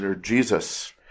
Jesus